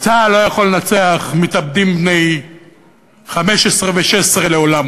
צה"ל לא יכול לנצח מתאבדים בני 15 ו-16 לעולם,